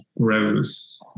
grows